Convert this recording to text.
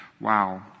wow